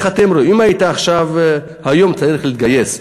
אם היית היום צריך להתגייס?